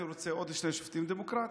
אני רוצה עוד שני שופטים דמוקרטיים.